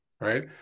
right